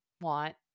want